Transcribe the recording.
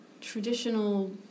traditional